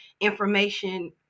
information